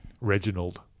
Reginald